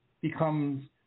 becomes